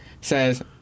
says